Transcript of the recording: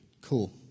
cool